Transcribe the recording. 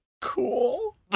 Cool